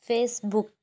face book